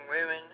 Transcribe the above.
women